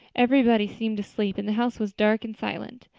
everybody seemed asleep and the house was dark and silent.